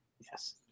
yes